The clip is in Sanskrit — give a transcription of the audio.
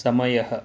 समयः